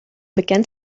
bekend